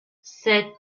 sept